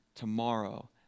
tomorrow